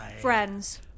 Friends